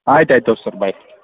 ಆಯ್ತು ಆಯ್ತು ತಗೊಳ್ರಿ ಸರ್ ಬಾಯ್